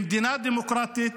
במדינה דמוקרטית,